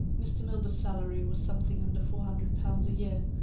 mr. milburgh's salary was something under four hundred pounds a year,